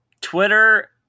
Twitter